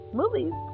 movies